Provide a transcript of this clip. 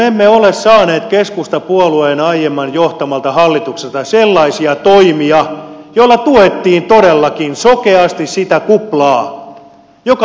mutta olemme saaneet keskustapuolueen aiemmin johtamalta hallitukselta sellaisia toimia joilla tuettiin todellakin sokeasti sitä kuplaa joka on nyt meidän käsissämme